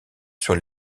sur